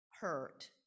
hurt